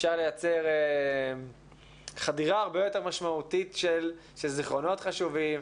אפשר לייצר חדירה הרבה יותר משמעותית של זיכרונות חשובים,